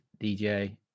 DJ